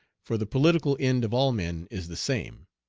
for the political end of all men is the same.